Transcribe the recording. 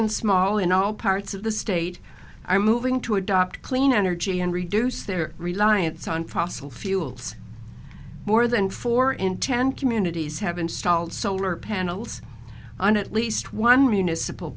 and small in all parts of the state are moving to adopt clean energy and reduce their reliance on fossil fuels more than four in ten communities have installed solar panels on at least one municipal